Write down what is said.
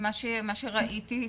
שמה שראיתי אצלי,